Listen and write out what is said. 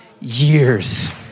years